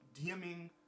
DMing